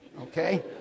okay